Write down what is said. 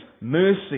mercy